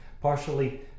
partially